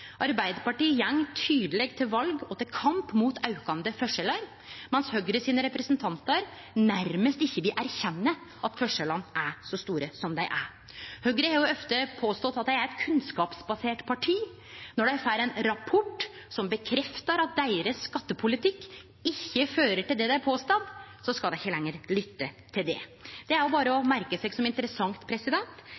Arbeidarpartiet går tydeleg til val og til kamp mot aukande forskjellar, medan representantane frå Høgre nærmast ikkje vil erkjenne at forskjellane er så store som dei er. Høgre har jo ofte påstått at dei er eit kunnskapsbasert parti. Når dei får ein rapport som bekreftar at skattepolitikken deira ikkje fører til det dei påstår, skal dei ikkje lenger lytte til det. Det er berre å